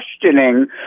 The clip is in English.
questioning